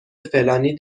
فلانی